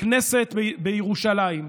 בכנסת בירושלים,